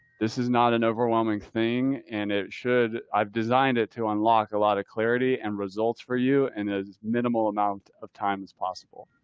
this is not an overwhelming thing and it should, i've designed it to unlock a lot of clarity and results for you and as minimal amount of time as possible.